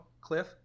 Cliff